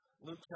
Luke